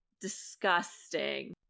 Disgusting